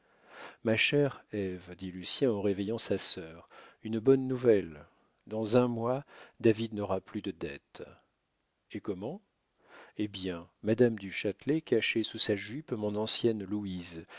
ma chère ève dit lucien en réveillant sa sœur une bonne nouvelle dans un mois david n'aura plus de dettes et comment eh bien madame du châtelet cachait sous sa jupe mon ancienne louise